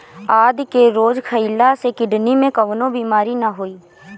आदि के रोज खइला से किडनी के कवनो बीमारी ना होई